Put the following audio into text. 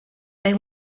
they